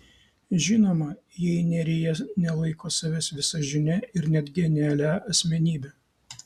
žinoma jei nerija nelaiko savęs visažine ir net genialia asmenybe